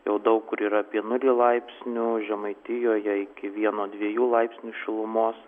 jau daug kur yra apie nulį laipsnių žemaitijoje iki vieno dviejų laipsnių šilumos